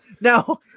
Now